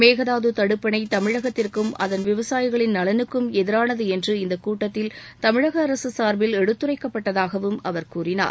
மேகதாது தடுப்பணை தமிழகத்திற்கும் அதன் விவசாயிகளின் நலனுக்கும் எதிரானது என்று இந்த கூட்டத்தில் தமிழக அரசு சார்பில் எடுத்துரைக்கப்பட்டதாகவும் அவர் கூறினார்